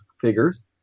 figures